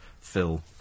Phil